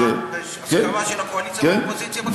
בהסכמה של הקואליציה והאופוזיציה בכנסת,